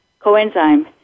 coenzyme